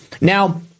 Now